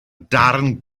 darn